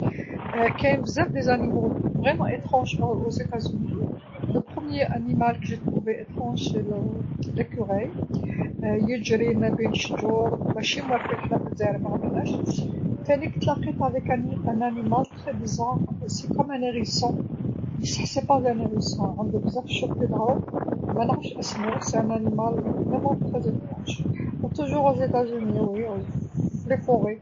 كاين بزاف الحيوانات لصح غريبه في الولايات المتحدة الامريكية، الحيوان لول للقيته غريب هو السنجاب، يجري ما بين الشجور، ماشي موالف احنا في دزاير معندناش، تانيك تلقيت مع حيوان بزاف كيما القنفد بصح مشي قنفد عندو بزاف الشوك في ظهرو، منعرفش إسمو هو حيوان بزاف غريب، دايما في ولايات المتحدة الامريكية إيه في الغابات.